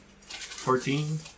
Fourteen